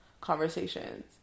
conversations